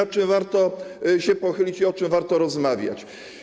i nad czym warto się pochylić i o czym warto rozmawiać.